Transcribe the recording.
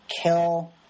kill